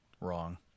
wrong